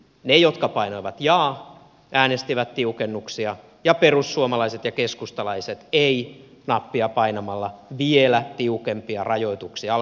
ne jotka painoivat jaa äänestivät tiukennuksia ja perussuomalaiset ja keskustalaiset ei nappia painamalla vielä tiukempia rajoituksia alkoholilainsäädäntöön